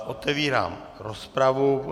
Otevírám rozpravu.